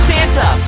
Santa